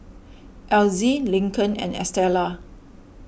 Elzy Lincoln and Estela